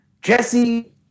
Jesse